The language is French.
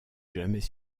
jamais